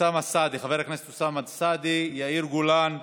חבר הכנסת אוסאמה סעדי, יאיר גולן,